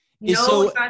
No